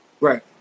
right